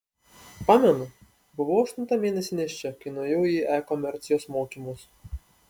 pamenu buvau aštuntą mėnesį nėščia kai nuėjau į e komercijos mokymus